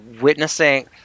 witnessing